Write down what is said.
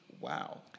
Wow